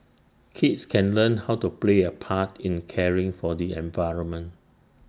kids can learn how to play A part in caring for the environment